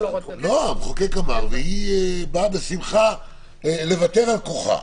המחוקק אמר, והיא באה בשמחה לוותר על כוחה.